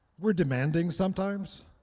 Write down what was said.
we're demanding sometimes.